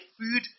food